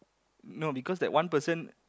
no because that one person